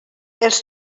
els